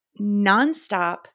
nonstop